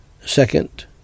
Second